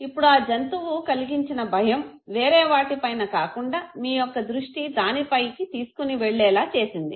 ఇప్పుడు ఆ జంతువు కలిగించిన భయం వేరే వాటి పైన కాకుండా మీ యొక్క దృష్టి దాని పైకి తీసుకుని వెళ్లేలా చేసింది